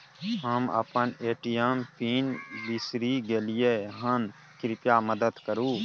हम अपन ATM PIN बिसरि गलियै हन, कृपया मदद करु